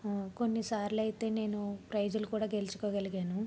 కొన్ని సార్లయితే నేను ప్రైజులు కూడా గెలుచుకోగలిగాను